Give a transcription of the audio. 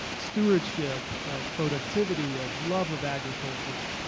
stewardship, of productivity, of love of agriculture,